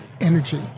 energy